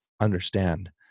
understand